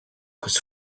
was